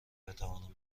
بتوانم